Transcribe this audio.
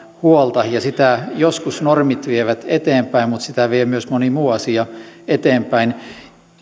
huolta sitä joskus normit vievät eteenpäin mutta sitä vie myös moni muu asia eteenpäin